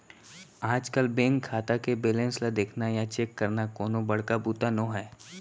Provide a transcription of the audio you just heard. आजकल बेंक खाता के बेलेंस ल देखना या चेक करना कोनो बड़का बूता नो हैय